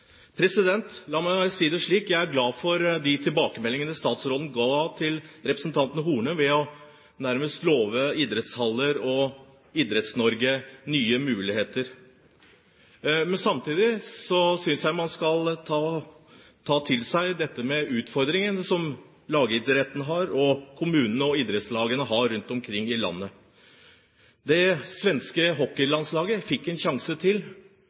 La meg si det slik: Jeg er glad for de tilbakemeldingene statsråden ga til representanten Horne ved nærmest å love idrettshaller og nye muligheter til Idretts-Norge. Samtidig synes jeg man skal ta til seg den utfordringen lagidretten har, og som kommunene og idrettslagene har rundt omkring i landet. Det svenske hockeylandslaget fikk en sjanse til.